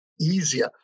easier